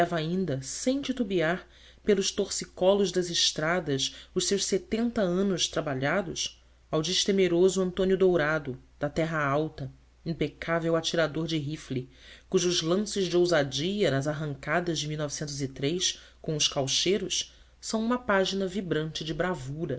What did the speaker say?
ainda sem titubear pelos torcicolos das estradas os seus setenta anos trabalhados ao destemeroso antônio dourado da terra alta impecável atirador de rifle cujos lances de ousadia nas arrancadas de com os caucheiros são uma página vibrante de bravura